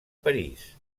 parís